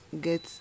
get